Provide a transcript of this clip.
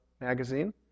magazine